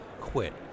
quit